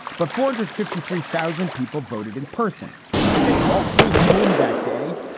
but four hundred fifty three thousand people voted in person if they all stayed home that day.